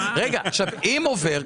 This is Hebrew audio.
אם עובר,